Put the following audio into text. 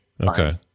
Okay